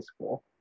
School